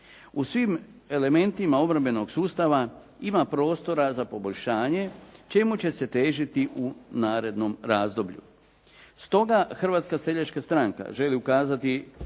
"U svim elementima obrambenog sustava ima prostora za poboljšanje čemu će se težiti u narednom razdoblju.". Stoga Hrvatska seljačka stranka želi ukazati